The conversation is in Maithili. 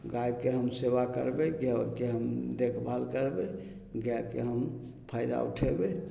गायके हम सेवा करबय हम देखभाल करबय गायके हम फायदा उठेबय